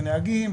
לנהגים,